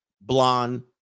blonde